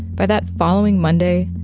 by that following monday,